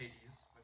Hades